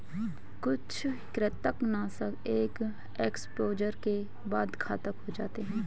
कुछ कृंतकनाशक एक एक्सपोजर के बाद घातक हो जाते है